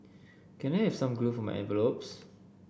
can I have some glue for my envelopes